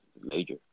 major